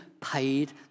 paid